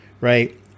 right